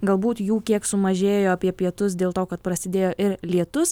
galbūt jų kiek sumažėjo apie pietus dėl to kad prasidėjo ir lietus